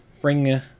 bring